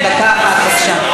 דקה אחת בבקשה.